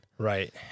Right